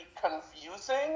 confusing